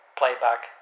playback